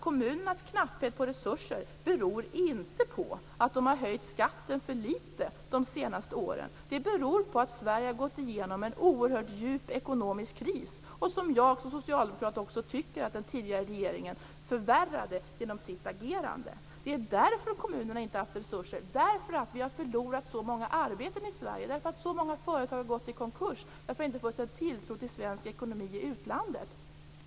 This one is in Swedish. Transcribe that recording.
Kommunernas knapphet på resurser beror inte på att de har höjt skatten för litet de senaste åren, utan den beror på att Sverige har gått igenom en oerhört djup ekonomisk kris, som jag som socialdemokrat tycker att den förra regeringen också förvärrade genom sitt agerande. Att kommunerna inte har haft resurser beror på att vi har förlorat så många arbeten i Sverige, det beror på att så många företag har gått i konkurs och att det inte har funnits någon tilltro till svensk ekonomi i utlandet.